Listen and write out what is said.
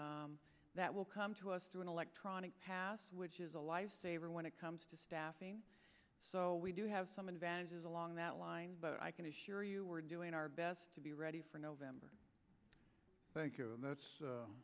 that will come to us through an electronic pass which is a lifesaver when it comes to staffing so we do have some advantages along that line but i can assure you we're doing our best to be ready for november